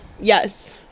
Yes